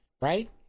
right